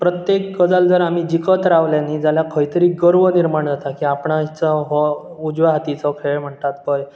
प्रत्येक गजाल जर आमी जिखत रावले न्ही जाल्यार खंय तरी गर्व निर्माण जाता की आपणाचो हो उजवे हातीचो खळ म्हणटात पळय